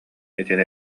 итини